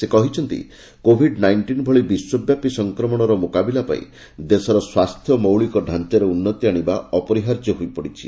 ସେ କହିଛନ୍ତି COVID nineteen ଭଳି ବିଶ୍ୱବ୍ୟାପୀ ସଂକ୍ରମଣର ମୁକାବିଲା ପାଇଁ ଦେଶର ସ୍ୱାସ୍ଥ୍ୟ ମୌଳିକ ଢ଼ାଞ୍ଚାରେ ଉନ୍ନତି ଆଶିବା ଅପରିହାର୍ଯ୍ୟ ହୋଇପଡିଛି